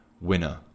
winner